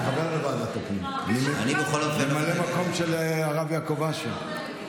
אני חבר בוועדת הפנים, ממלא מקום של הרב יעקב אשר.